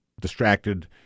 distracted